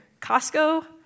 Costco